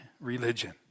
religion